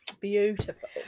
beautiful